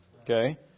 okay